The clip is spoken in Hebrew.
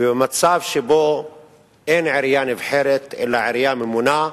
ובמצב שבו אין עירייה נבחרת, אלא עירייה ממונה,